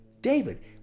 David